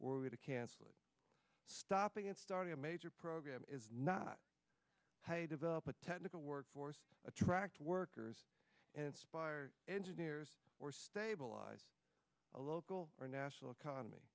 we to cancel it stopping and starting a major program is not how you develop a technical workforce attract workers inspired engineers or stabilize a local or national economy